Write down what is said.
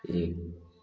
एक